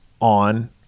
on